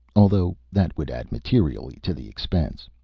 although that would add materially to the expense.